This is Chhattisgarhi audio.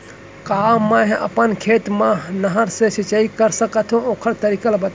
का मै ह अपन खेत मा नहर से सिंचाई कर सकथो, ओखर तरीका ला बतावव?